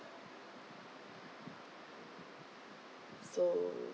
so